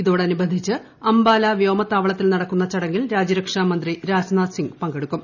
ഇതോടനുബന്ധിച്ച് അംബാല വ്യോമതാവളത്തിൽ നടക്കുന്ന ചടങ്ങിൽ രാജ്യരക്ഷാ മന്ത്രി രാജ്നാഥ് സിംഗ് പങ്കെടുക്കും